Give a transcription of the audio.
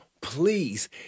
please